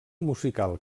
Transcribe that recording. musical